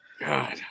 God